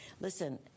listen